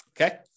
Okay